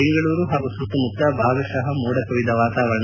ಬೆಂಗಳೂರು ಹಾಗು ಸುತ್ತಮುತ್ತ ಭಾಗಶಃ ಮೋಡ ಕವಿದ ವಾತಾವರಣ